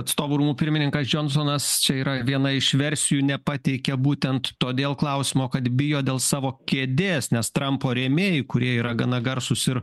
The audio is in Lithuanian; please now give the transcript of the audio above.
atstovų rūmų pirmininkas džonsonas čia yra viena iš versijų nepateikia būtent todėl klausimo kad bijo dėl savo kėdės nes trampo rėmėjai kurie yra gana garsūs ir